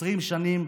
20 שנים,